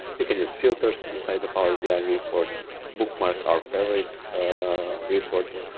we can use filters inside the power bi reports, bookmark our favorite reports,